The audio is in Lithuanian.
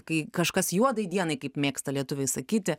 kai kažkas juodai dienai kaip mėgsta lietuviai sakyti